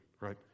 right